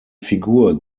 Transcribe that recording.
figur